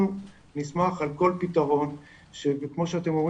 אנחנו נשמח על כל פתרון שכמו שאתם רואים